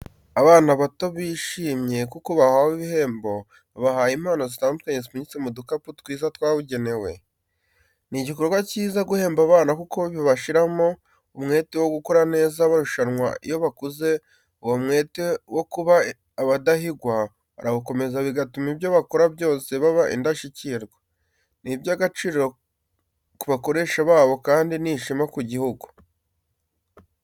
Abana bato bishimye kuko bahawe ibihembo, babahaye impano zitandukanye zipfunyitse mu du kapu twiza twabigenewe. Ni igikorwa kiza guhemba abana kuko bibashyiramo umwete wo gukora neza barushamwa iyo bakuze uwo mwete wo kuba abadahigwa barawukomeza bigatuma ibyo bakora byose baba indashyikirwa. Ni iby'agaciro ku bakoresha babo kandi ni n'ishema ku gihugu.